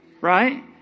Right